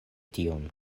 tion